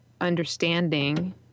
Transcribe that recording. understanding